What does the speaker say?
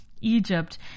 Egypt